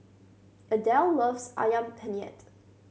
Adelle loves Ayam Penyet